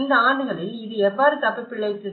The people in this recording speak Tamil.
இந்த ஆண்டுகளில் இது எவ்வாறு தப்பிப்பிழைத்தது